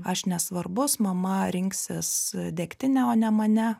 aš nesvarbus mama rinksis degtinę o ne mane